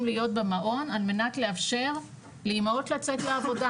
להיות במעון על מנת לאפשר לאימהות לצאת לעבודה,